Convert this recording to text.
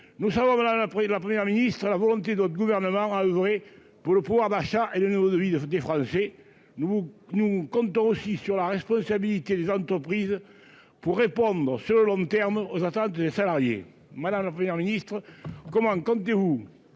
nous savons la pris la première ministre a la volonté d'autres gouvernements à oeuvrer pour le pouvoir d'achat et de niveau de vie des Français, nous nous comptons aussi sur la responsabilité des entreprises pour répondre sur le long terme, aux attentes des salariés voilà dire ministre comment comptez-vous